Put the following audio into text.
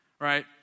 Right